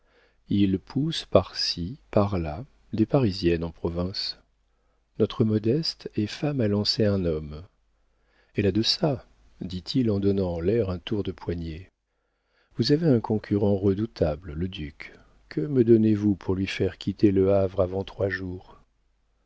il pousse par-ci par-là des parisiennes en province notre modeste est femme à lancer un homme elle a de ça dit-il en donnant en l'air un tour de poignet vous avez un concurrent redoutable le duc que me donnez-vous pour lui faire quitter le havre avant trois jours